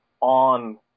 on